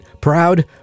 proud